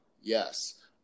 Yes